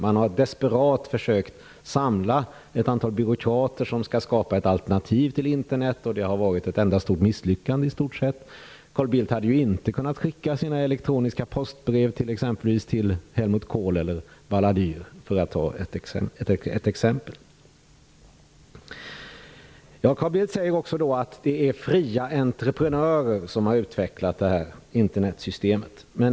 Man har desperat försökt samla ett antal byråkrater som skall skapa ett alternativ till Internet, och det har i stort sett varit ett enda misslyckande. Carl Bildt hade inte kunnat skicka sina elektroniska postbrev till exempelvis Helmut Kohl eller Balladur. Carl Bildt säger också att det är fria entreprenörer som har utvecklat Internetsystemet.